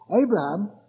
Abraham